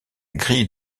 grille